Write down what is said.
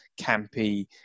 campy